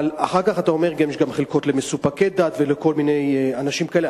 אבל אחר כך אתה אומר: יש גם חלקות למסופקי דת ולכל מיני אנשים כאלה.